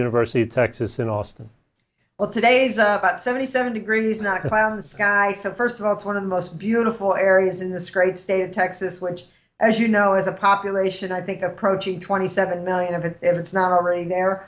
university of texas in austin well today's about seventy seven degrees in atlanta sky so first of all it's one of the most beautiful areas in this great state of texas which as you know has a population i think approaching twenty seven million and if it's not already there